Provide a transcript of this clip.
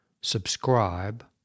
Subscribe